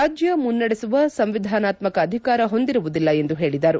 ರಾಜ್ಯ ಮುನ್ನಡೆಸುವ ಸಂವಿಧಾನಾತ್ಕಕ ಅಧಿಕಾರ ಹೊಂದಿರುವುದಿಲ್ಲ ಎಂದು ಹೇಳಿದರು